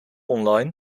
online